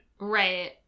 Right